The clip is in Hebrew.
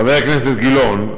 חבר הכנסת גילאון,